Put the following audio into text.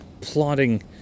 plotting